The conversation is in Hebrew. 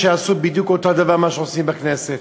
יעשו בדיוק אותו דבר כמו שעושים בבחירות לכנסת.